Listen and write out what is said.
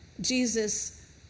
Jesus